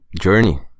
journey